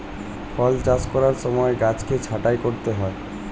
ফল চাষ করার সময় গাছকে ছাঁটাই করতে হয়